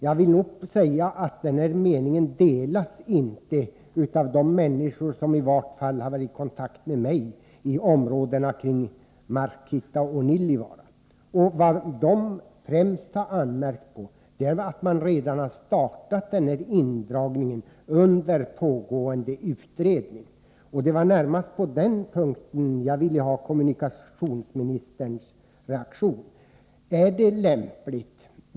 Jag vill säga att denna mening inte delas av de människor — i varje fall de som har varit i kontakt med mig — som bor i områdena kring Markitta och Nilivaara. De har främst anmärkt på att man redan har startat indragningen, under pågående utredning. Det var närmast på den punkten jag ville ha kommunikationsministerns reaktion: Är detta lämpligt?